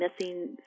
missing